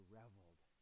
reveled